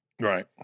Right